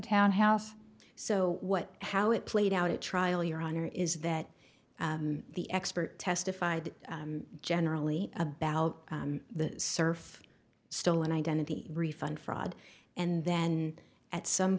townhouse so what how it played out at trial your honor is that the expert testified generally about the surf stolen identity refund fraud and then at some